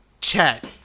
chat